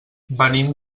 venim